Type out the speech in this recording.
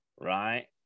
Right